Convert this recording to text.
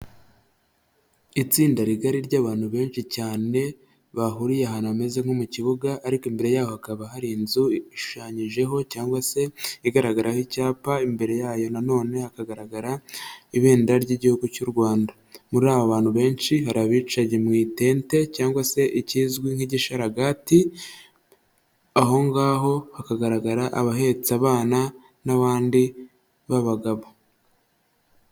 Itsinda rigari ry'abantu benshi cyane, bahuriye ahantu hameze nko mu kibuga, ariko imbere yaho hakaba hari inzu ishushanyijeho cyangwa se igaragaraho icyapa, imbere yayo nanone hakagaragara, ibendera ry'igihugu cy'u Rwanda. Muri abo bantu benshi hari abicaye mu itente cyangwa se ikizwi nk'igisharagati, aho ngaho hakagaragara abahetse abana n'abandi b'abagabo.